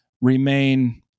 remain